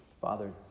Father